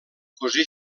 cosí